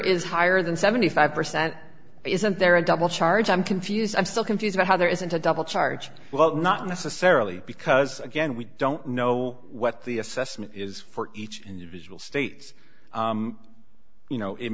is higher than seventy five percent isn't there a double charge i'm confused i'm still confused about how there isn't a double charge well not necessarily because again we don't know what the assessment is for each individual states you know it